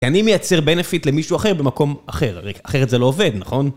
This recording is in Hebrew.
כי אני מייצר בנפיט למישהו אחר במקום אחר, אחרת זה לא עובד, נכון?